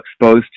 exposed